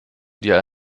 dir